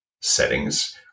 settings